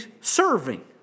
serving